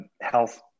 health